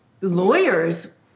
lawyers